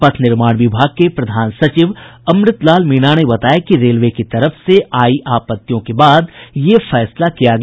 पथ निर्माण विभाग के प्रधान सचिव अमृत लाल मीणा ने बताया कि रेलवे की तरफ से आयी आपत्तियों के बाद यह फैसला किया गया